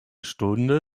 stunde